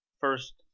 first